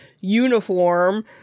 uniform